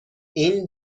این